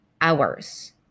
hours